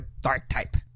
Dark-type